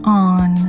on